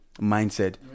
mindset